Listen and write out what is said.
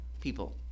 People